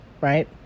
right